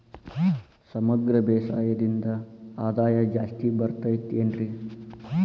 ಸಮಗ್ರ ಬೇಸಾಯದಿಂದ ಆದಾಯ ಜಾಸ್ತಿ ಬರತೈತೇನ್ರಿ?